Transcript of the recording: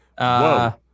Whoa